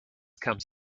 comes